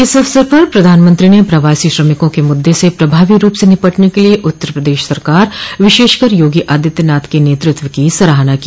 इस अवसर पर प्रधानमंत्री ने प्रवासी श्रमिकों के मुद्दे से प्रभावी रूप से निपटने के लिए उत्तर प्रदेश सरकार विशेषकर योगी आदित्यनाथ के नेतृत्व की सराहना की